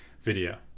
video